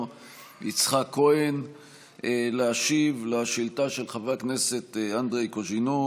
יצחק כהן להשיב על שאילתה של חבר הכנסת אנדרי קוז'ינוב